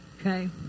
okay